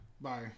Bye